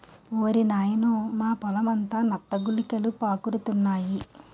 ఓరి నాయనోయ్ మా పొలమంతా నత్త గులకలు పాకురుతున్నాయి